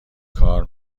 کار